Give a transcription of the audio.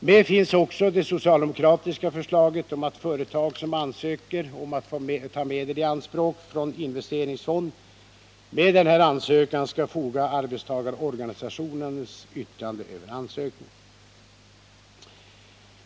Med finns också det socialdemokratiska förslaget om att företag som ansöker om att få ta medel i anspråk från investeringsfond till ansökan skall foga arbetstagarorganisationens yttrande över ansökningen.